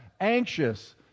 anxious